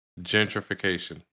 gentrification